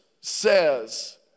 says